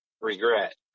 regret